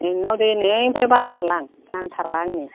नोंनाव दिनैनिफ्राय बायथारला आं नांथारला आंनो